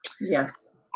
Yes